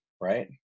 right